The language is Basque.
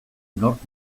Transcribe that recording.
nork